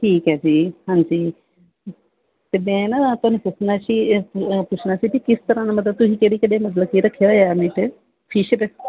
ਠੀਕ ਹੈ ਜੀ ਹਾਂਜੀ ਅਤੇ ਮੈਂ ਨਾ ਤੁਹਾਨੂੰ ਪੁੱਛਣਾ ਸੀ ਪੁੱਛਣਾ ਸੀ ਵੀ ਕਿਸ ਤਰ੍ਹਾਂ ਦਾ ਮਤਲਬ ਤੁਸੀਂ ਕਿਹੜੇ ਕਿਹੜੇ ਮਤਲਬ ਕਿ ਰੱਖਿਆ ਹੋਇਆ ਮੀਟ ਫਿਸ਼